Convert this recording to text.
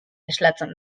islatzen